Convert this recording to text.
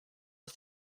ist